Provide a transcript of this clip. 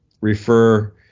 refer